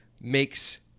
makes